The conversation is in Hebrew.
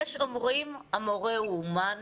יֵשׁ אוֹמְרִים הַמּוֹרֶה הוּא אֻמָּן.